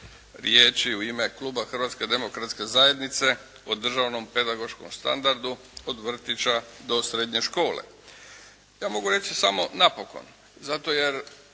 riječi u ime Kluba Hrvatske demokratske zajednice O Državnom pedagoškom standardu, od vrtića do srednje škole. Ja mogu reći samo, napokon